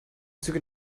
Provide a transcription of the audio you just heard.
züge